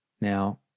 Now